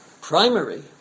primary